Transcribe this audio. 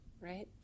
right